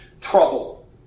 trouble